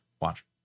Watch